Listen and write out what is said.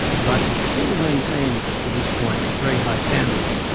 but it still maintains, to this point, very high standards,